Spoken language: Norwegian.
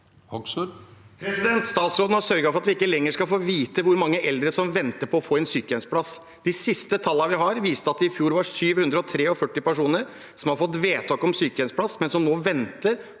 (FrP) Statsråden har sør- get for at vi ikke lenger skal få vite hvor mange eldre som venter på å få en sykehjemsplass. De siste tallene vi har, viste at det i fjor var 743 personer som fikk vedtak om sykehjemsplass, men som nå venter